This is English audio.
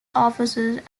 offices